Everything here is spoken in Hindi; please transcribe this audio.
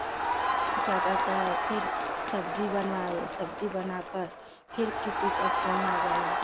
क्या कहता है फिर सब्जी बनवाए सब्जी बनाकर फिर किसी का फोन आ गया